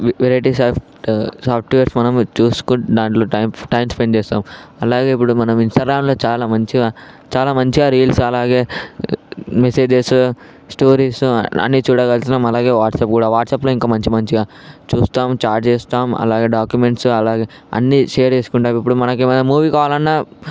varieties of software మనం చూసుకుంటున్నాం దాంట్లో టైం టైం స్పెండ్ చేస్తాం అలాగే ఇప్పుడు మనం ఇంస్టాగ్రామ్లో చాలా మంచిగా చాలా మంచిగా రీల్స్ అలాగే మెసేజెస్ స్టోరీస్ అన్ని చూడగలుగుతాం అలాగే వాట్సాప్ కూడా వాట్సాప్లో ఇంకా మంచి మంచిగా చూస్తాం చాట్ చేస్తాం అలాగే డాక్యుమెంట్స్ అలాగే అన్నీషేర్ చేసుకుంటాం ఇప్పుడు మనకి మూవీ కావాలన్నా